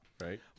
Right